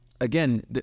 again